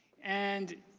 and